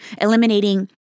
Eliminating